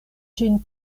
ĝin